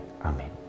Amen